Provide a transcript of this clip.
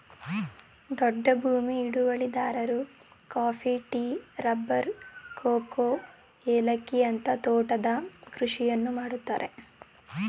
ದೊಡ್ಡ ಭೂ ಹಿಡುವಳಿದಾರರು ಕಾಫಿ, ಟೀ, ರಬ್ಬರ್, ಕೋಕೋ, ಏಲಕ್ಕಿಯಂತ ತೋಟದ ಕೃಷಿಯನ್ನು ಮಾಡ್ತರೆ